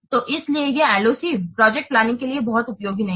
तो इसीलिए यह LOC प्रोजेक्ट प्लानिंग के लिए बहुत उपयोगी नहीं है